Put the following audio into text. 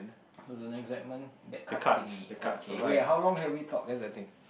okay wait how long have we talk that's the thing